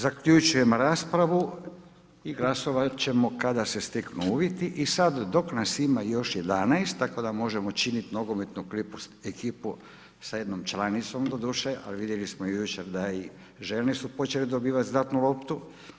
Zaključujem raspravu i glasovat ćemo kada se steknu uvjeti i sad dok nas ima još 11, tako da možemo činiti nogometnu ekipu, sa jednom članicom, doduše, ali vidjeli smo jučer da i žene su počele dobivati zlatnu loptu.